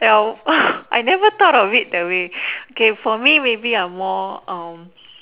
well I never thought of it that way okay for me maybe I am more um